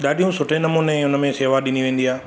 ॾाढियूं सुठे नमूने उनमें शेवा ॾिनी वेंदी आहे